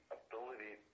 ability